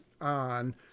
on